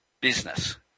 business